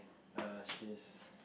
err she's